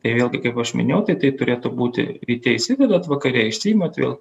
tai vėlgi kaip aš minėjau tai tai turėtų būti ryte įsidedat vakare išsiimat vėl